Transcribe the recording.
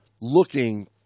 looking